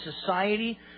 society